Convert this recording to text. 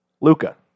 Luca